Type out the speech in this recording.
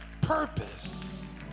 purpose